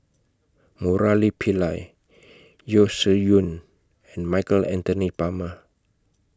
Murali Pillai Yeo Shih Yun and Michael Anthony Palmer